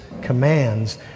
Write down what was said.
commands